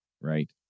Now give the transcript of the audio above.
right